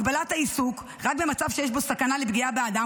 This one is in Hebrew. הגבלת העיסוק רק במצב שיש בו סכנה לפגיעה באדם